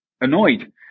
annoyed